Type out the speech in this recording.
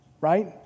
right